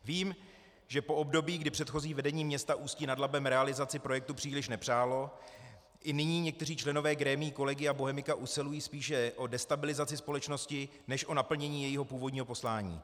Vím, že po období, kdy předchozí vedení města Ústí nad Labem realizaci projektu příliš nepřálo, i nyní některé členové grémií Collegia Bohemica usilují spíše o destabilizaci společnosti než o naplnění jejího původního poslání.